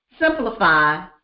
simplify